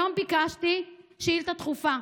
היום ביקשתי שאילתה דחופה.